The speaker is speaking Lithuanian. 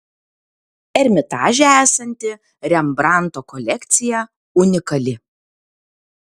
ermitaže esanti rembrandto kolekcija unikali